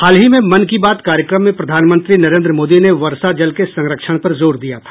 हाल ही में मन की बात कार्यक्रम में प्रधानमंत्री नरेन्द्र मोदी ने वर्षा जल के संरक्षण पर जोर दिया था